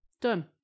Done